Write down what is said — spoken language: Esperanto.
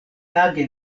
tage